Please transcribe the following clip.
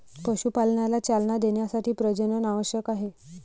पशुपालनाला चालना देण्यासाठी प्रजनन आवश्यक आहे